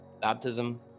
Baptism